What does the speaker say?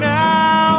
now